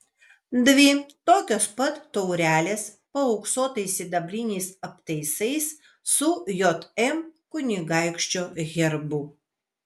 dvi tokios pat taurelės paauksuotais sidabriniais aptaisais su jm kunigaikščio herbu